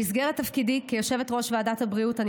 במסגרת תפקידי כיושבת-ראש ועדת הבריאות אני